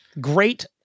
Great